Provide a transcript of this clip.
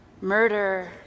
murder